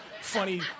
funny